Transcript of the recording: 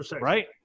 right